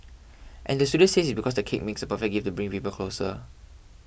and the studio says it's because the cake makes a perfect gift to bring people closer